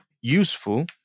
useful